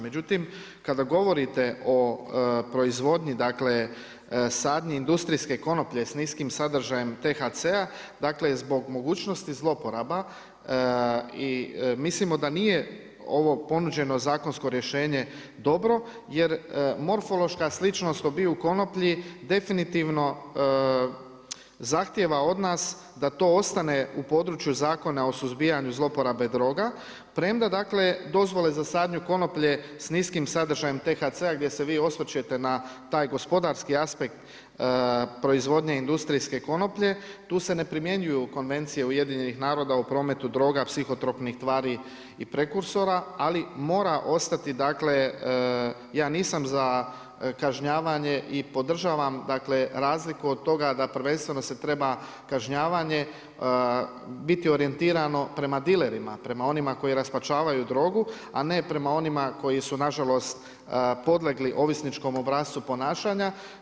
Međutim, kada govorite o proizvodnji, dakle, sadnji industrijske konoplje s niskim sadržajem thca, dakle, zbog mogućnosti zlouporaba i mislimo da nije ovo ponuđeno zakonsko rješenje dobro, jer morfološka sličnost obiju konoplji definitivno zahtjeva od nas da to ostane u području Zakona o suzbijanju zloporabe droga premda dakle, dozvole za sadnju konoplje s niskim sadržajem thca gdje se vi osvrćete na taj gospodarski aspekt proizvodnje industrijske konoplje, tu se ne primjenjuju Konvencije Ujedinjenih naroda o prometu droga, psihotropnih tvari i prekursora, ali mora ostati dakle, ja nisam za kažnjavanje i podržavam dakle, razliku od toga da prvenstveno se treba kažnjavanje biti orijentirano prema dilerima, prema onima koji raspačavaju drogu, a ne prema onima koji su nažalost podlegli ovisničkom obrascu ponašanja.